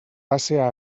passe